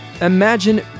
Imagine